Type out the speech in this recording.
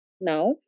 now